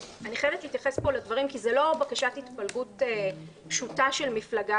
אני חייבת להתייחס פה לדברים כי זאת לא בקשת התפלגות פשוטה של מפלגה